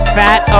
fat